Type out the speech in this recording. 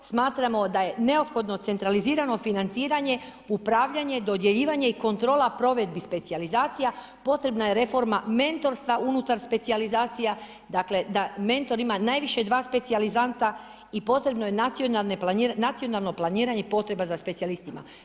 Smatramo da je neophodno centralizirano financiranje upravljanje, dodjeljivanje i kontrola provedbi specijalizacija potrebna je reforma mentorstva unutar specijalizacija, dakle da mentor ima najviše 2 specijalizanta i potrebno je nacionalno planiranje i potreba za specijalistima.